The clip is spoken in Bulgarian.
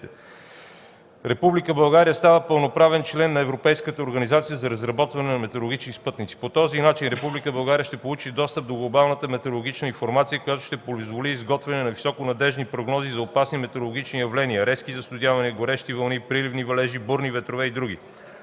става пълноправен член на Европейската организация за разработване на метеорологични спътници. По този начин Република България ще получи достъп до глобалната метеорологична информация, която ще позволи изготвяне на високонадеждни прогнози за опасни метеорологични явления – резки застудявания, горещи вълни, проливни валежи, бурни ветрове и други.